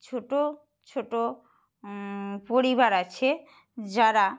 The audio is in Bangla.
ছোটো ছোটো পরিবার আছে যারা